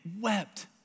wept